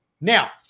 Now